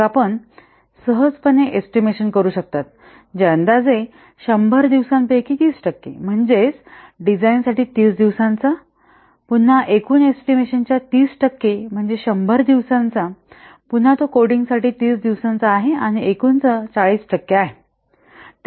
मग आपण सहजपणे एस्टिमेशन करू शकता जे अंदाजे 100 दिवसांपैकी 30 टक्के म्हणजे डिझाइनसाठी 30 दिवसांचा पुन्हा एकूण एस्टिमेशनाच्या 30 टक्के म्हणजे 100 दिवसांचा पुन्हा तो कोडिंगसाठी 30 दिवसांचा आहे आणि एकूणचा 40 टक्के आहे